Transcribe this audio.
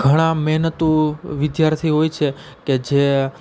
ઘણા મહેનતું વિદ્યાર્થીઓ હોય છે કે જે